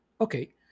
okay